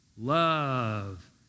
love